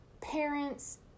parents